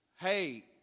hey